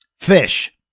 fish